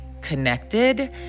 connected